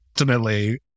Ultimately